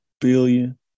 billion